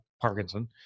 parkinson